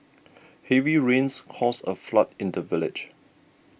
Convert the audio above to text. heavy rains caused a flood in the village